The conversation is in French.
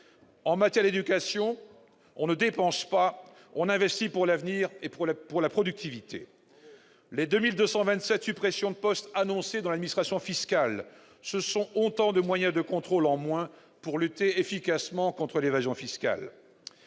En matière d'éducation, on ne dépense pas : on investit pour l'avenir et pour la productivité ! Quant aux 2 227 suppressions de postes annoncées dans l'administration fiscale, ce seront autant de moyens de contrôle en moins pour lutter efficacement contre l'évasion fiscale.